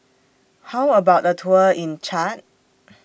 How about A Tour in Chad